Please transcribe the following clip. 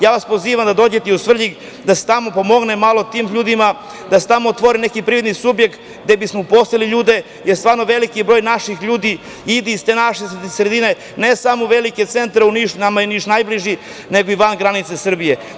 Ja vas pozivam da dođete u Svrljig, da se tamo pomogne malo tim ljudima, da se tamo otvore neki privredni subjekt, gde bismo uposlili ljude, jer stvarno veliki broj naših ljudi ide iz te naše sredine ne samo u velike centre, Niš, nama je Niš najbliži, nego i van granica Srbije.